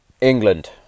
England